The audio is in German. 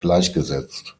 gleichgesetzt